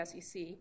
SEC